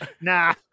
Nah